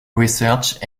research